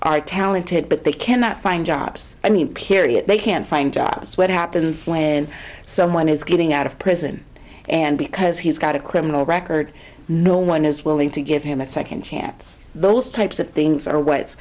are talented but they cannot find jobs i mean period they can't find jobs what happens when someone is getting out of prison and because he's got a criminal record no one is willing to give him a second chance those types of things are